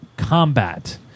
Combat